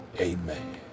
amen